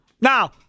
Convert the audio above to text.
Now